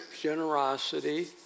generosity